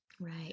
Right